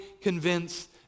convinced